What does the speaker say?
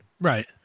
Right